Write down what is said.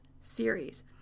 series